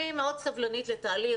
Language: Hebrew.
אני מאוד סבלנית לתהליך.